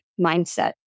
mindset